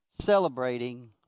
Celebrating